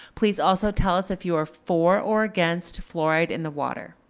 please also tell us if you are for or against fluoride in the water.